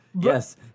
Yes